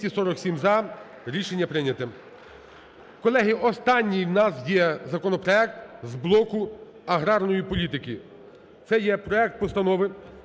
Колеги, останній у нас є законопроект з блоку аграрної політики. Це є проект Постанови